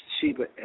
Sheba